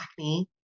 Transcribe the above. acne